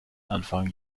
anfang